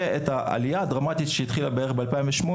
ואת העלייה הדרמטית שהתחילה בערך ב-2008